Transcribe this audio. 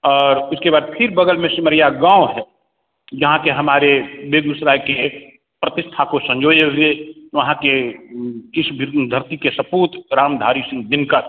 और उसके बाद फिर बग़ल में सिमरिया गाँव है जहाँ के हमारे बेगूसराय के एक प्रतिष्ठा को सँजोए हुए वहाँ के इस विदुन धरती के सपूत रामधारी सिंह दिनकर